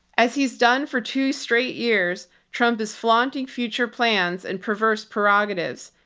as he's done for two straight years, trump is flaunting future plans and perverse prerogatives,